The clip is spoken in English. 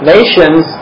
Nations